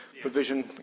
provision